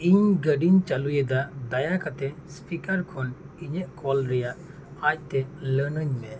ᱤᱧ ᱜᱟᱹᱰᱤᱧ ᱪᱟᱹᱞᱩᱭᱮᱫᱟ ᱫᱟᱭᱟ ᱠᱟᱛᱮ ᱥᱯᱤᱠᱟᱨ ᱠᱷᱚᱱ ᱤᱧᱟᱹᱜ ᱠᱚᱞ ᱨᱮᱭᱟᱜ ᱟᱡᱛᱮ ᱞᱟᱹᱱᱟᱹᱧ ᱮᱢ ᱢᱮ